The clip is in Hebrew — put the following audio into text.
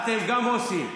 "אתם גם עושים".